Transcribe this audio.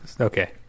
Okay